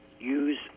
use